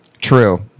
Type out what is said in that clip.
true